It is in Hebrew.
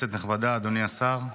כנסת נכבדה, אדוני השר,